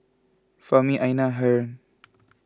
Fahmi Aina Haron